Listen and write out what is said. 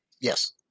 yes